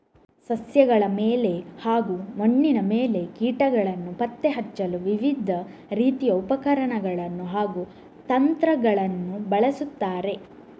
ಸಸ್ಯಗಳ ಮೇಲೆ ಹಾಗೂ ಮಣ್ಣಿನ ಮೇಲೆ ಕೀಟಗಳನ್ನು ಪತ್ತೆ ಹಚ್ಚಲು ವಿವಿಧ ರೀತಿಯ ಉಪಕರಣಗಳನ್ನು ಹಾಗೂ ತಂತ್ರಗಳನ್ನು ಬಳಸುತ್ತಾರೆ